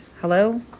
Hello